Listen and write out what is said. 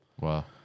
Wow